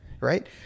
Right